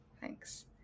Thanks